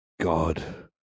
God